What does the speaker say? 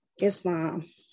Islam